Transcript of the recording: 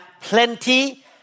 plenty